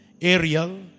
Ariel